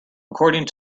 according